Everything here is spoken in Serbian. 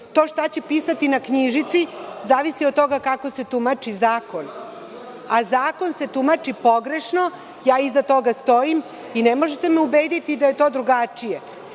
To šta će pisati na knjižici zavisi i od toga kako se tumači zakon, a zakon se tumači pogrešno, iza toga stojim i ne možete me ubediti da je to drugačije. Ako